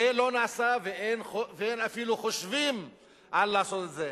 זה לא נעשה, ואין אפילו חושבים לעשות את זה.